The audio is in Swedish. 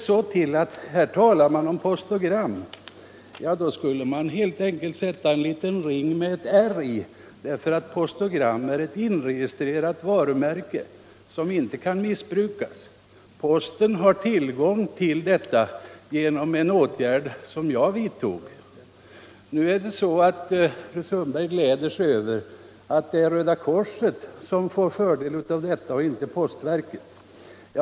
Här talas det nu om postogram, men då borde man förse denna benämning med en ring som omsluter R, därför att postogram är ett inregistrerat varumärke som inte får missbrukas. Posten har rätt att använda det tack vare en åtgärd som jag vidtog. Fru Sundberg glädjer sig åt att Röda korset får fördel av den föreslagna verksamheten, inte postverket.